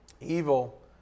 Evil